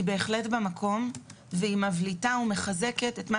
היא בהחלט במקום והיא מבליטה ומחזקת את מה